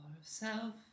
ourself